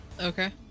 Okay